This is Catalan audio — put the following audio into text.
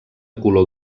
color